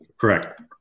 Correct